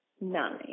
nine